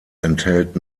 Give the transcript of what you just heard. enthält